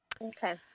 Okay